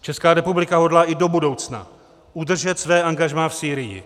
Česká republika hodlá i do budoucna udržet své angažmá v Sýrii.